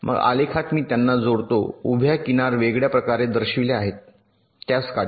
मग आलेखात मी त्यांना जोडतो उभ्या किनार वेगळ्या प्रकारे दर्शविल्या आहेत त्यास काढा